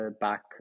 back